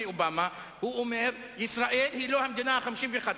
אובמה הוא אומר: ישראל היא לא המדינה ה-51.